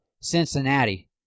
Cincinnati